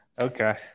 Okay